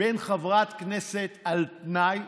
בין חברת כנסת על תנאי,